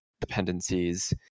dependencies